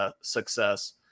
success